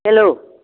hello